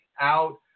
out